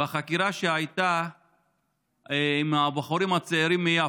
בחקירה שהייתה עם הבחורים הצעירים מיפו.